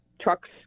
Trucks